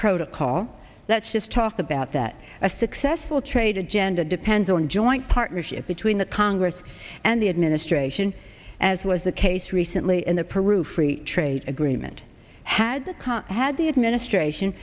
protocol let's just talk about that a successful trade agenda depends on joint partnership between the congress and the administration as was the case recently in the peru free trade agreement had to come had the administration